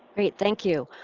great. thank you.